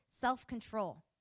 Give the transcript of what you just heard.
self-control